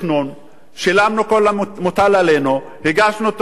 שילמנו את המוטל עלינו, הגשנו תוכניות מיתאר,